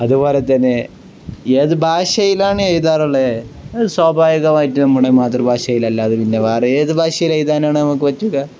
അതുപോലെ തന്നെ ഏതു ഭാഷയിലാണ് എഴുതാറുള്ളേ സ്വാഭാവികമായിട്ടു നമ്മുടെ മാതൃഭാഷയിലല്ലാതെ പിന്നെ വേറെ ഏതു ഭാഷയിൽ എഴുതാനാണു നമുക്കു പറ്റുക